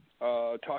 talk